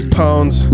pounds